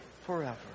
forever